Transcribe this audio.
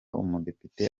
umudepite